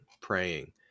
praying